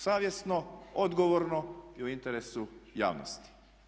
Savjesno, odgovorno i u interesu javnosti.